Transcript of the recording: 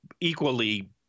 equally